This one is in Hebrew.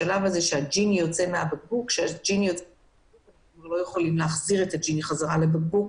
שהשד יוצא מהבקבוק ואז כבר אי-אפשר להחזיר אותו בחזרה לבקבוק.